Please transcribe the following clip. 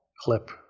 clip